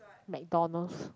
McDonald's